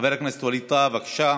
חבר הכנסת ווליד טאהא, בבקשה.